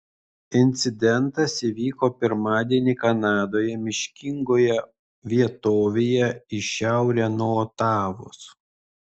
incidentas įvyko pirmadienį kanadoje miškingoje vietovėje į šiaurę nuo otavos